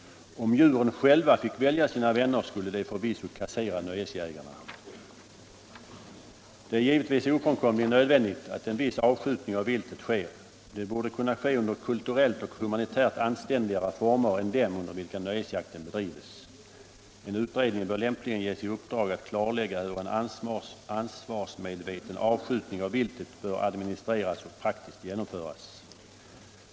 Om djuren själva fick välja sina vänner skulle de förvisso kassera nöjesjägarna. Det är givetvis ofrånkomligen nödvändigt att en viss avskjutning av viltet sker. Det borde kunna ske under kulturellt och humanitärt anständigare former än dem under vilka nöjesjakten bedrives. En utredning bör lämpligen ges i uppdrag att klarlägga hur en ansvarsmedveten avskjutning av viltet bör administreras och praktiskt genomföras.